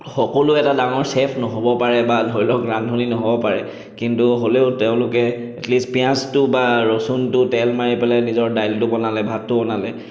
সকলো এটা ডাঙৰ চেফ নহ'ব পাৰে বা ধৰি লওক ৰান্ধনি নহ'ব পাৰ কিন্তু হ'লেও তেওঁলোকে এট লিষ্ট পিঁয়াজটো বা ৰচুনটো তেল মাৰি পেলাই নিজৰ দাইলটো বনালে ভাতটো বনালে